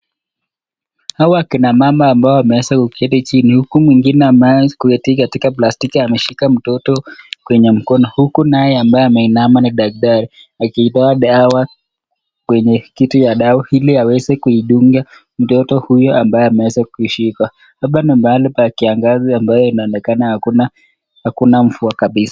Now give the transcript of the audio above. Hawa kina mama ambao wameweza kuketi chini huku mwingine ameweza kuketi katika plastiki ameshika mtoto kwenye mkono huku naye ambaye ameinama ni daktari akiitoa dawa kwenye kiti ya dawa ili aweze kuidunga mtoto huyo ambaye ameweza kuishika. Hapa ni mahali pa kiangazi ambayo inaonekana hakuna hakuna mvua kabisa.